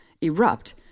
erupt